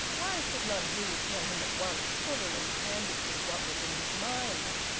why could not heve tell him at once fully and candidly what was in his mind?